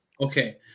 Okay